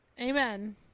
Amen